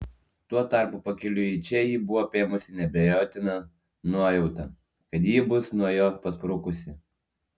tuo tarpu pakeliui į čia jį buvo apėmusi neabejotina nuojauta kad ji bus nuo jo pasprukusi